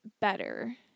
better